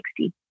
60